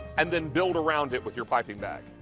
and then built around it with your piping back.